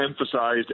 emphasized